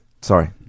Sorry